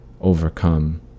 overcome